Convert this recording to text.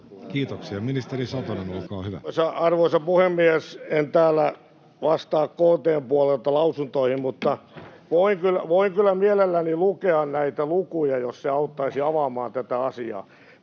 Kiitoksia. — Ministeri Satonen, olkaa hyvä. Arvoisa puhemies! En täällä vastaa KT:n puolelta lausuntoihin, [Vasemmalta: Parempi on!] mutta voin kyllä mielelläni lukea näitä lukuja, jos se auttaisi avaamaan tätä asiaa.